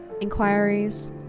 inquiries